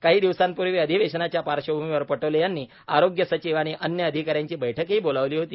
काही दिवसांप्र्वी अधिवेशनाच्या पार्श्वभ्मिवर पटोले यांनी आरोग्य सचीव आणि अन्य अधिकाऱ्यांची बैठकही बोलावली होती